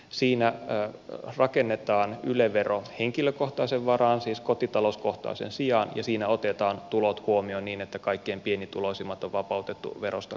siinä rakennetaan yle vero henkilökohtaisen varaan siis kotitalouskohtaisen sijaan ja siinä otetaan tulot huomioon niin että kaikkein pienituloisimmat on vapautettu verosta kokonaan